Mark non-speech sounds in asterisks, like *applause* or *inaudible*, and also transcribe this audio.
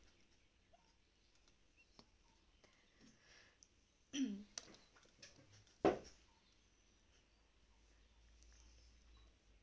*coughs*